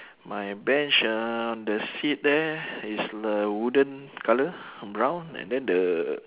my bench ah the seat there is like a wooden colour brown and then the